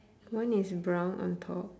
one is brown on top